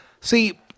See